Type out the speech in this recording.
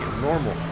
normal